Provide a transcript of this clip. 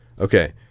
Okay